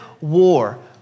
war